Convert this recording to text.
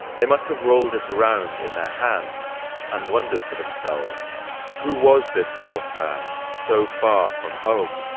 they must have rolled it around in their hands and wondered to themselves who was this norseman so far from home?